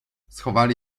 schowali